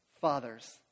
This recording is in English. fathers